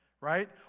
right